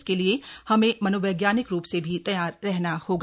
इसके लिए हमें मनोवैज्ञानिक रूप से भी तैयार रहना होगा